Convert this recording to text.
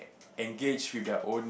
engaged with their own